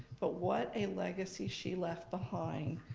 but what a legacy she left behind.